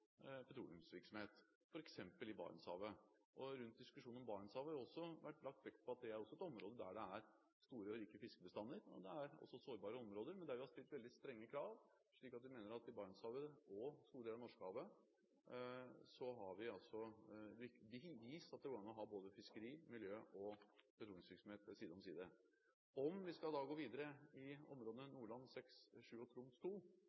petroleumsvirksomhet, f.eks. i Barentshavet. I diskusjonen om Barentshavet har det vært lagt vekt på at det er et område hvor det er store og rike fiskebestander – og det er også sårbare områder – men der vi har stilt veldig strenge krav. Vi mener at i Barentshavet og store deler av Norskehavet har vi vist at det går an å ha både fiskeri, miljø og petroleumsvirksomhet side om side. Om vi skal gå videre i områdene